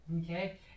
Okay